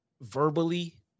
verbally